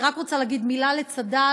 אני רק רוצה להגיד מילה לצד"ל,